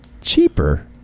cheaper